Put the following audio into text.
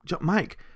Mike